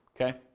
Okay